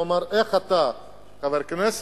הוא אמר לי: איך אתה, חבר כנסת,